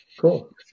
Cool